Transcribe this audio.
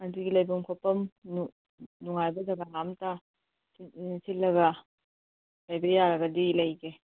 ꯑꯗꯨꯒꯤ ꯂꯩꯕꯝ ꯈꯣꯠꯐꯝ ꯅꯨꯡꯉꯥꯏꯕ ꯖꯥꯒꯥ ꯑꯝꯇ ꯁꯤꯜꯂꯒ ꯂꯩꯕ ꯌꯥꯔꯒꯗꯤ ꯂꯩꯒꯦ